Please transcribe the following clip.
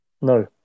No